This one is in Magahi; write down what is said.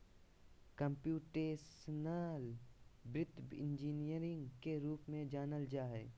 कम्प्यूटेशनल वित्त इंजीनियरिंग के रूप में जानल जा हइ